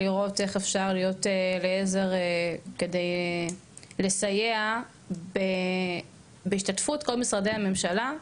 איך אפשר להיות לעזר כדי לסייע בהשתתפות כל משרדי הממשלה.